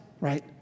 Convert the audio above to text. right